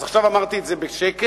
אז עכשיו אמרתי את זה בשקט,